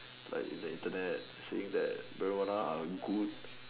like in the Internet saying that marijuana are good